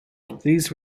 these